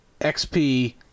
XP